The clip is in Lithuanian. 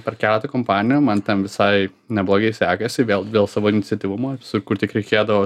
perkiauti kompanijo man ten visai neblogai sekėsi vėl dėl savo iniciatyvumo visur kur tik reikėdavo